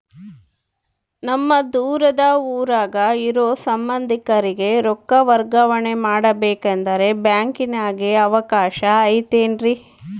ನಮ್ಮ ದೂರದ ಊರಾಗ ಇರೋ ಸಂಬಂಧಿಕರಿಗೆ ರೊಕ್ಕ ವರ್ಗಾವಣೆ ಮಾಡಬೇಕೆಂದರೆ ಬ್ಯಾಂಕಿನಾಗೆ ಅವಕಾಶ ಐತೇನ್ರಿ?